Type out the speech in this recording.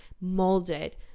molded